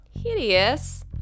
Hideous